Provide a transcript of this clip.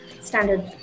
standard